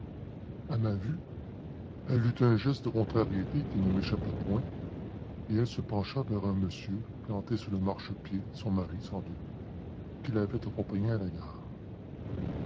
à ma vue elle eut un geste de contrariété qui ne m'échappa point et elle se pencha vers un monsieur planté sur le marchepied son mari sans doute qui l'avait accompagnée à la gare